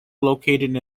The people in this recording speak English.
located